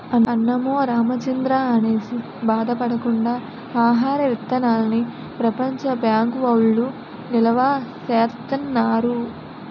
అన్నమో రామచంద్రా అనేసి బాధ పడకుండా ఆహార విత్తనాల్ని ప్రపంచ బ్యాంకు వౌళ్ళు నిలవా సేత్తన్నారు